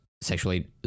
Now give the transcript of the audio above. Sexually